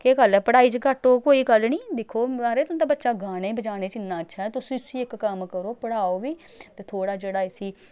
केह् गल्ल ऐ पढ़ाई च घट्ट होग कोई गल्ल निं दिक्खो महाराज तुं'दा बच्चा गाने बजाने च इन्ना अच्छा ऐ तुस उसी इक कम्म करो पढ़ाओ बी ते थोह्ड़ा जेह्ड़ा इसी